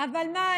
אבל מה,